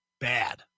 Bad